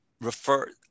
refer